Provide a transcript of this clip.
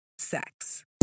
Sex